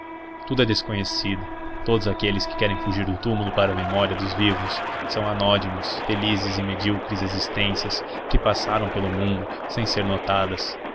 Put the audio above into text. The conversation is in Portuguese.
tudo é desconhecido todos aqueles que querem fugir do túmulo para a memória dos vivos são anódinos felizes e medíocres existências que passaram pelo mundo sem ser notadas